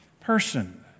person